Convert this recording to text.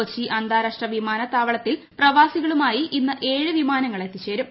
കൊച്ചി അന്താരാഷ്ട്ര വിമാനത്താവളത്തിൽ പ്രവാസികളുമായി ഇന്ന് ഏഴ് വിമാനങ്ങൾ എത്തിച്ചേരും